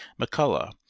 mccullough